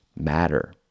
matter